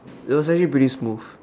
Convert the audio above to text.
it was actually pretty smooth